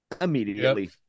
immediately